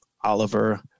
Oliver